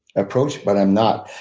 approach but i'm not.